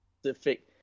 specific